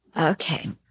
Okay